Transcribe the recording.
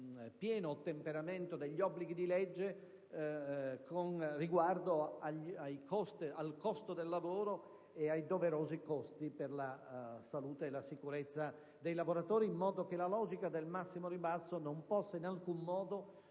pieno ottemperamento degli obblighi di legge, con riguardo al costo del lavoro e ai doverosi costi per la salute e la sicurezza dei lavoratori, in modo che la logica del massimo ribasso non possa in alcun modo comprimere